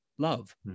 love